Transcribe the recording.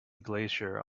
glacier